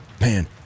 Man